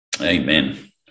Amen